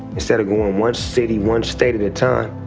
instead of goin' one city, one state at a time.